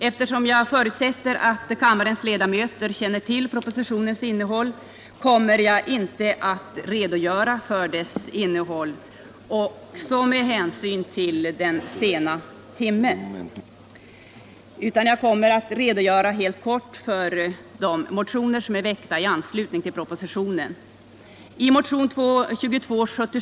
Eftersom jag förutsätter att kammarens ledamöter känner till propositionens innehåll och med hänsyn till den sena timmen kommer jag inte att redogöra för denna.